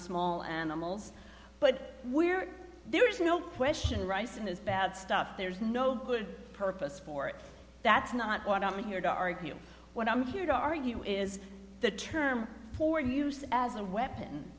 small animals but where there is no question rice has bad stuff there's no good purpose for it that's not what i'm here to argue what i'm here to argue is the term for use as a weapon